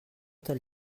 tot